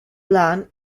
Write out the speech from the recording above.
elon